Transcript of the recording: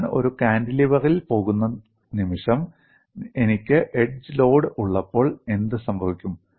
ഞാൻ ഒരു കാന്റിലിവറിൽ പോകുന്ന നിമിഷം എനിക്ക് എഡ്ജ് ലോഡ് ഉള്ളപ്പോൾ എന്ത് സംഭവിക്കും